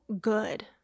good